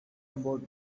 about